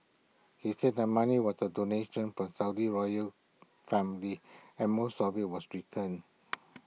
he said the money was A donation from the Saudi royal family and most of IT was returned